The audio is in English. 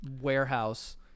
warehouse